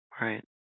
Right